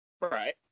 Right